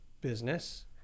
business